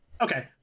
Okay